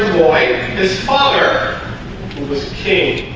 boy his father who was king